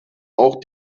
auch